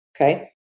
Okay